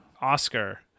Oscar